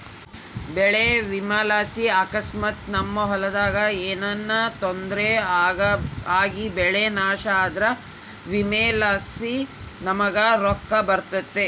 ಬೆಳೆ ವಿಮೆಲಾಸಿ ಅಕಸ್ಮಾತ್ ನಮ್ ಹೊಲದಾಗ ಏನನ ತೊಂದ್ರೆ ಆಗಿಬೆಳೆ ನಾಶ ಆದ್ರ ವಿಮೆಲಾಸಿ ನಮುಗ್ ರೊಕ್ಕ ಬರ್ತತೆ